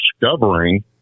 discovering